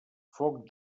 foc